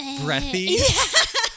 breathy